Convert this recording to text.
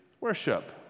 Worship